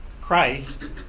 Christ